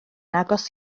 agos